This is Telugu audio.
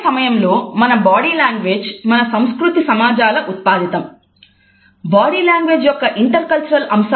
అదే సమయంలో మన బాడీ లాంగ్వేజ్ మన సంస్కృతి సమాజాల ఉత్పాదితం